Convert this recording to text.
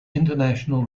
international